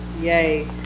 yay